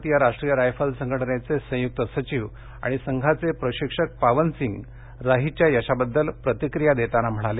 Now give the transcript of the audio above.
भारतीय राष्ट्रीय रायफल संघटनेचे संयुक्त सचिव आणि संघाचे प्रशिक्षक पावन सिंग राहीच्या यशाबद्दल प्रतिक्रिया देताना म्हणाले